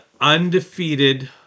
undefeated